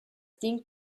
ding